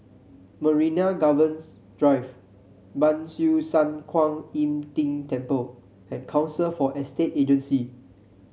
Marina Gardens Drive Ban Siew San Kuan Im Tng Temple and Council for Estate Agencies